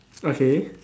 okay